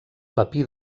papir